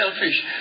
selfish